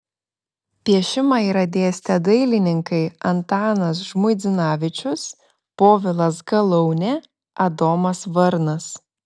piešimą yra dėstę dailininkai antanas žmuidzinavičius povilas galaunė adomas varnas